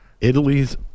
Italy's